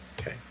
Okay